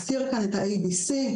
הזכירו כאן את ה-A,B,C,